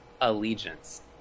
allegiance